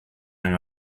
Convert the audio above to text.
han